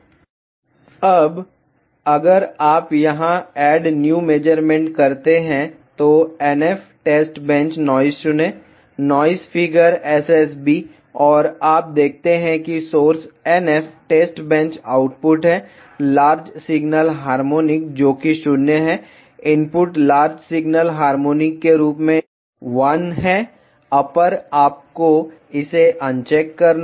vlcsnap 2018 09 20 15h11m04s459 अब अगर आप यहां एड न्यू मेजरमेंट करते हैं तो NF टेस्ट बेंच नॉइस चुनें नॉइस फिगर SSB और आप देखते हैं कि source NF test bench output है लार्ज सिग्नल हार्मोनिक जो कि 0 है इनपुट लार्ज सिग्नल हार्मोनिक के रूप में 1 है अपर आपको इसे अनचेक करना होगा